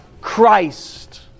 Christ